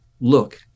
look